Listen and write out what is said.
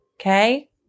Okay